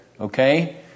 Okay